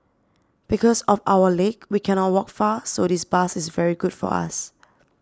because of our leg we cannot walk far so this bus is very good for us